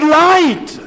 light